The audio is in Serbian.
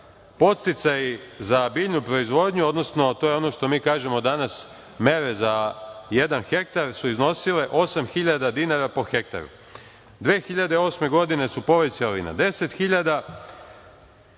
podsticaji za biljnu proizvodnju, odnosno to je ono što mi kažemo danas mere za jedan hektar su iznosile 8.000 dinara po hektaru, 2008. godine su povećali na 10.000,